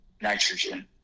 nitrogen